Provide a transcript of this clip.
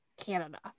Canada